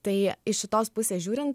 tai iš šitos pusės žiūrint